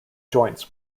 joints